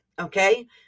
Okay